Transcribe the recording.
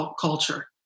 culture